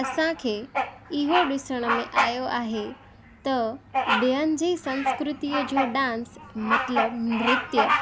असांखे इहो ॾिसण में आयो आहे त ॿियनि जी संस्कृतीअ जो डांस मतलबु नृत्य